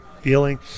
feeling